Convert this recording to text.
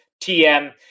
TM